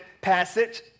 passage